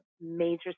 major